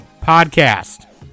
podcast